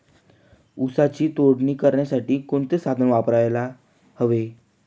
ऊसाची तोडणी करण्यासाठी कोणते साधन वापरायला हवे?